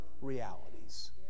realities